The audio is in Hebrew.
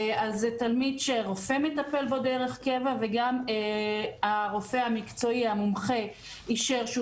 תלמיד שרופא מטפל בו דרך קבע וגם הרופא המקצועי המומחה אישר שהוא